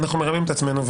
אנחנו מרמים את עצמנו,